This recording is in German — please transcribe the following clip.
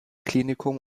klinikum